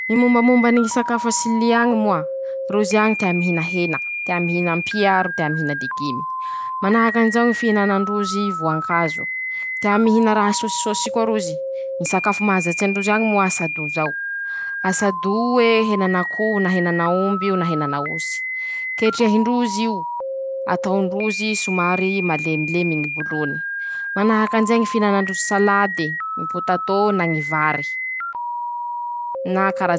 Ñy mombamomba ny ñy sakafo a Silyy añy moa: Rozy añy tea mihina hena, tea mihinampia ro tea mihina legimy, manahakanjao ñy fihinanandrozy voankazo, tea mihina raha sôsisôsy koa rozy, ñy sakafo mahazatsy androzy añy moa sadó zao, asadó oe, henan'akoho na henan'aomby na henan'aosy, ketrehindroz'io, ataondrozy somary malemilemy ñy bolony, manahakanjay ñy fihinanandrozy salady, ñy potatô na ñy vary.